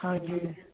ਹਾਂਜੀ